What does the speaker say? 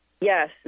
Yes